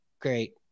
great